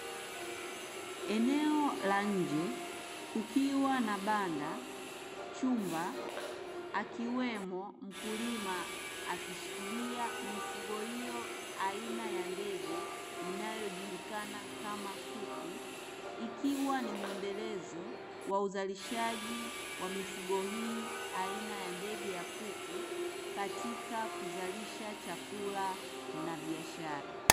Eneo la nje, kukiwa na banda, chumba, akiwemo mkulima akishikilia mifugo hiyo aina ya ndege inayojulikana kama kuku, ikiwa ni mwendelezo wa uzalishaji wa mifugo hii aina ya ndege ya kuku katika kuzalisha chakula na biashara.